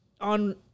on